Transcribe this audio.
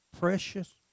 precious